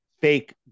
fake